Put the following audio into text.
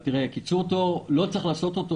קיצור תור לא בטוח שצריך לעשות אותו